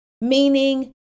meaning